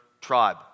tribe